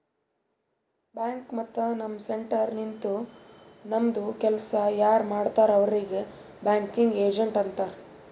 bank ಮತ್ತ ನಮ್ centre ನಿಂತು ನಮ್ದು ಕೆಲ್ಸಾ ಯಾರ್ ಮಾಡ್ತಾರ್ ಅವ್ರಿಗ್ ಬ್ಯಾಂಕಿಂಗ್ ಏಜೆಂಟ್ ಅಂತಾರ್